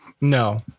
No